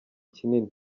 kinini